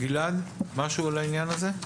גלעד, משהו לעניין הזה?